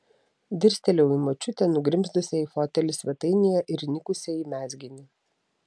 dirstelėjau į močiutę nugrimzdusią į fotelį svetainėje ir įnikusią į mezginį